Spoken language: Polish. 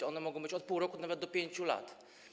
One mogą być od pół roku nawet do 5 lat.